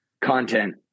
content